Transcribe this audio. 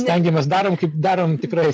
stengiamės darom kaip darom tikrai